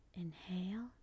Inhale